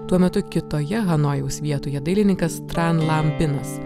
tuo metu kitoje hanojaus vietoje dailininkas tranlampinas